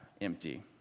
empty